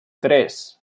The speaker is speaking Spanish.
tres